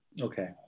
okay